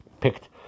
picked